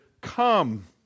come